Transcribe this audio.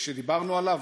שדיברנו עליו,